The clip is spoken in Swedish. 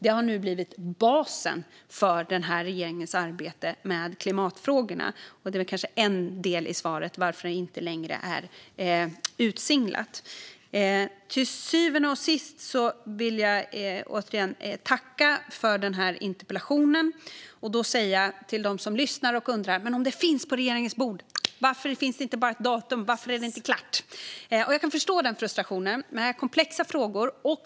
Detta har nu blivit basen för den här regeringens arbete med klimatfrågorna, vilket kanske är en del av svaret på frågan varför det inte längre är utsinglat. Till sist vill jag återigen tacka för interpellationen. Jag vill också säga något till dem som lyssnar och kanske undrar varför det inte finns ett datum om detta nu ligger på regeringens bord. Varför är det inte bara klart? Jag kan förstå den frustrationen, men detta är komplexa frågor.